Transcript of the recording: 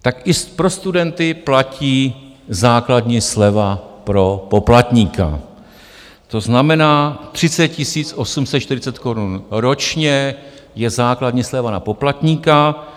Tak i pro studenty platí základní sleva pro poplatníka, to znamená 30 840 korun je základní sleva na poplatníka.